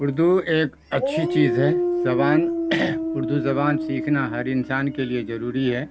اردو ایک اچھی چیز ہے زبان اردو زبان سیکھنا ہر انسان کے لیے ضروری ہے